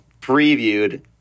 previewed